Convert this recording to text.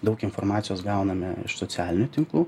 daug informacijos gauname iš socialinių tinklų